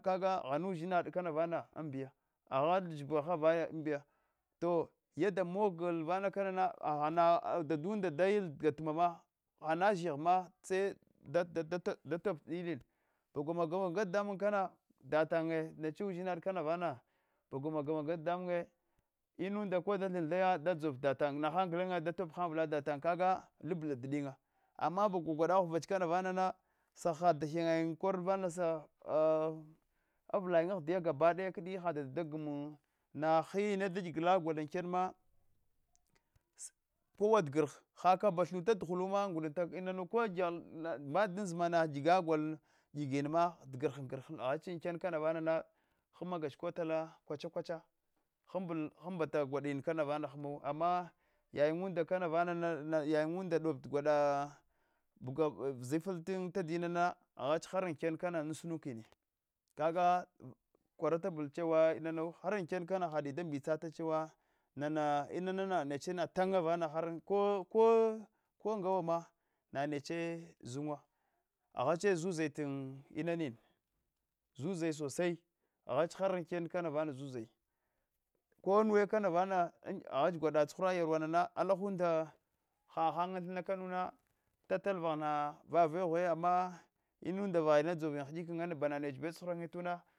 Kaga uzhinada kanavana kaga ghana uzhinada kana vana amdiya agha zhibaha vaya amdiya to yada mogh vana kanana ghana zhigha ma se datapa datapa tinin bagwa maga maga dadamum kana da tanye neche uzhinada kana vana bagwa maga maga dadamunye inunda koda thin thaya dadzov datayan nahan gulenye da top avla da tanye kaga labla didinya ama bagwa gwada ghuvach kana vana na sahahad dahenyayin kor vana sa avlan na ahdiya gabadaya kdi hadadunda da gammu na hiya na da igk se kowa ta giha habaka thuta ka duhulma ngudunta inanu ko gyaghyel mba da dan zimana igu gol agina ma tagrh gihla aghache aken kamavanana hammagach ko tala kwacha kwacha hunbu innbata gwatin kanavamu hmbuwu ama hayinda dobt gwada baga uzisifla tin tachyana aghach kana har amken an sunukanu kaga kwaratabla chuwa inana har ankena kana hadi da mbitsatu chewa na inana nechma tannya vana ko ko nangawama neche zunwa aghacha zuzai ta inani zuzai sosai aghad har auken kana vana zuzai konuwa kana vana aghach gwada tsuhur an huda yarwana alachuda hahan an thinna kanuwa tatal vaghana vadhwe ya ama inunda va bana neche bewure tsuharanta wa